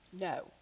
No